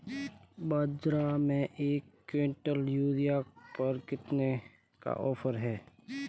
बाज़ार में एक किवंटल यूरिया पर कितने का ऑफ़र है?